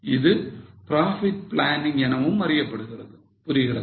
இது profit planning எனவும் அறியப்படுகிறது புரியுதா